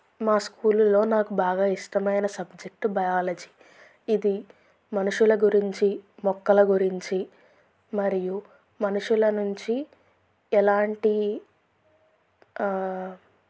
మా స్కూలులో నాకు బాగా ఇష్టమైన సబ్జెక్టు బయాలజీ ఇది మనుషుల గురించి మొక్కల గురించి మరియు మనుషుల నుంచి ఎలాంటి